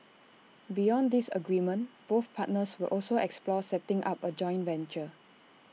beyond this agreement both partners will also explore setting up A joint venture